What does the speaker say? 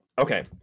Okay